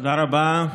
תודה רבה.